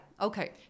okay